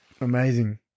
Amazing